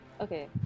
Okay